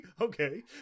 Okay